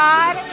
God